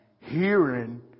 Hearing